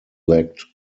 lacked